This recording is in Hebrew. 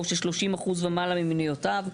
או ש-30% ומעלה ממניותיו,